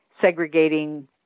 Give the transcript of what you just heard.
segregating